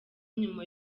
nyuma